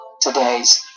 today's